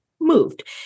moved